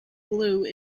glue